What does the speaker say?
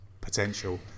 potential